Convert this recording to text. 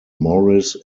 morris